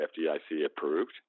FDIC-approved